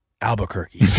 Albuquerque